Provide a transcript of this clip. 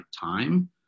time